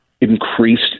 increased